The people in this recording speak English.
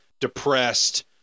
depressed